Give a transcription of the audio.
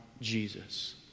Jesus